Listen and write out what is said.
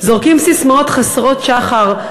זורקים ססמאות חסרות שחר,